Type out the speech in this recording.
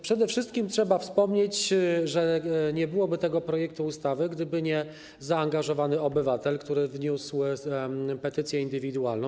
Przede wszystkim trzeba wspomnieć, że nie byłoby tego projektu ustawy, gdyby nie zaangażowany obywatel, który wniósł petycję indywidualną.